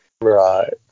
Right